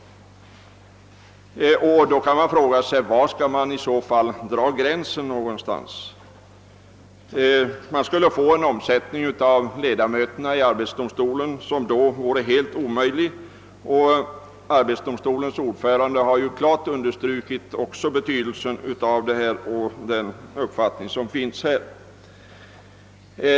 I så fall kan man fråga sig var gränsen skall dras. Man skulle få en helt orimlig omsättning på ledamöterna i arbetsdomstolen; arbetsdomstolens ordförande har klart understrukit denna uppfattning.